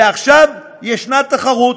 ועכשיו, יש תחרות.